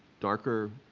darker